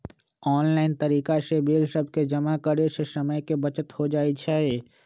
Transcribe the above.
online तरिका से bill सभके जमा करे से समय के बचत हो जाइ छइ